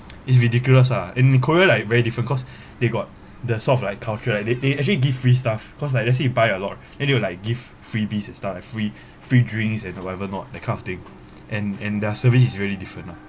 it's ridiculous ah in korea like very different cause they got the sort off like culture like they they actually give free stuff cause like let's say you buy a lot then they will like give freebies and stuff like free drinks and whatever not that kind of thing and and their service is really different ah